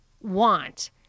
want